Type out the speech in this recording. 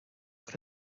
cad